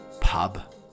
pub